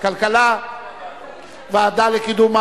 43